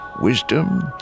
wisdom